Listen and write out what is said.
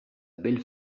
belle